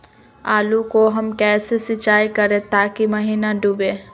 आलू को हम कैसे सिंचाई करे ताकी महिना डूबे?